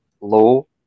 low